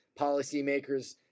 policymakers